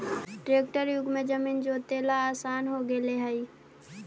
tractor युग में जमीन जोतेला आसान हो गेले हइ